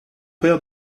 père